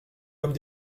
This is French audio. comme